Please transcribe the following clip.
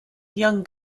young